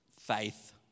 faith